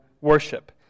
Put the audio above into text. worship